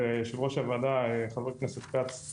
פשוט לזמן דיון עם עוד גופים,